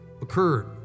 occurred